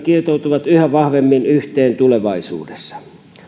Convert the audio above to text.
kietoutuvat yhä vahvemmin yhteen tulevaisuudessa